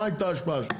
מה הייתה ההשפעה שלו?